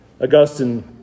Augustine